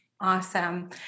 Awesome